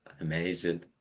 Amazing